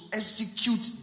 execute